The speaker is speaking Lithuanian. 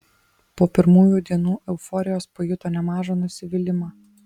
po pirmųjų dienų euforijos pajuto nemažą nusivylimą